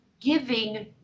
giving